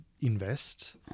invest